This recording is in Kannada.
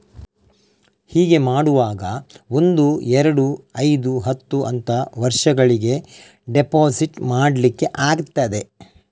ಹೀಗೆ ಮಾಡುವಾಗ ಒಂದು, ಎರಡು, ಐದು, ಹತ್ತು ಅಂತ ವರ್ಷಗಳಿಗೆ ಡೆಪಾಸಿಟ್ ಮಾಡ್ಲಿಕ್ಕೆ ಆಗ್ತದೆ